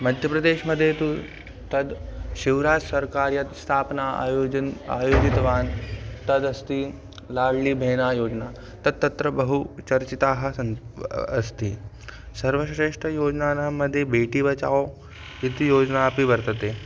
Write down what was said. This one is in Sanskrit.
मध्यप्रदेशमध्ये तु तद् शिवराजः सर्वर्कारः यत् स्थापना आयोजनम् आयोजितवान् तदस्ति लाळ्ळि भेहना योजना तत् तत्र बहु चर्चिता सन् अस्ति सर्वश्रेष्ठयोजनानां मध्ये बेटिबचाव् इति योजना अपि वर्तते